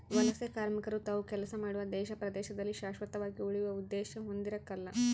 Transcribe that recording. ವಲಸೆಕಾರ್ಮಿಕರು ತಾವು ಕೆಲಸ ಮಾಡುವ ದೇಶ ಪ್ರದೇಶದಲ್ಲಿ ಶಾಶ್ವತವಾಗಿ ಉಳಿಯುವ ಉದ್ದೇಶ ಹೊಂದಿರಕಲ್ಲ